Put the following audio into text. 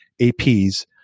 APs